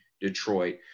Detroit